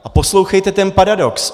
A poslouchejte ten paradox.